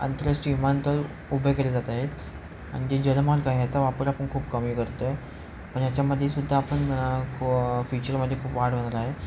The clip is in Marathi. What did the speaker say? आंतरराष्ट्रीय विमानतळ उभे केले जात आहेत आणि जे जल मार्ग आहे ह्याचा वापर आपण खूप कमी करतो आहे पण याच्यामध्येसुद्धा आपण फ्युचरमध्ये खूप वाढ होणार आहे